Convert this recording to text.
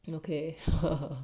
is okay